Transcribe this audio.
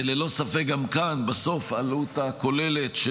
ללא ספק גם כאן בסוף העלות הכוללת של